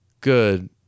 Good